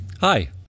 hi